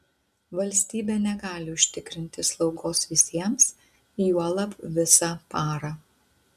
valstybė negali užtikrinti slaugos visiems juolab visą parą